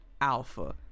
Alpha